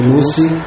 Lucy